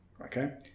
okay